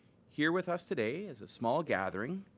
here with us today is a small gathering,